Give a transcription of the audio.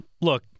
look